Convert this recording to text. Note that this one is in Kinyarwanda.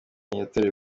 yatorewe